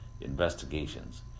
investigations